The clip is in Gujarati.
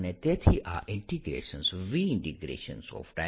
અને તેથી આ ઇન્ટીગ્રેશન VV